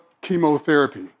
chemotherapy